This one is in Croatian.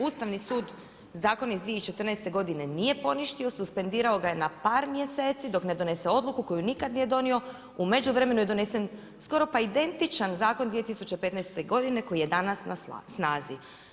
Ustavni sud, zakon iz 2014. godine nije poništio, suspendirao ga je na par mjeseci dok ne donese odluku koju nikad nije donio, u međuvremenu je donesen skoro pa identičan zakon 2015. godine koji je danas na snazi.